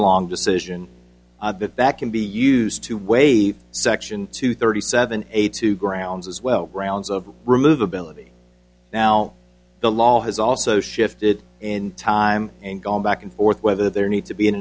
a long decision that can be used to waive section two thirty seven a two grounds as well grounds of remove ability now the law has also shifted in time and gone back and forth whether there need to be an